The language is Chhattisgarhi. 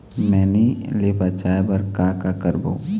मैनी ले बचाए बर का का करबो?